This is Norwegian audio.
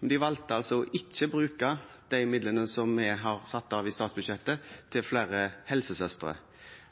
De valgte altså ikke å bruke de midlene som vi har satt av i statsbudsjettet til flere helsesøstre.